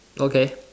okay